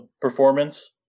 performance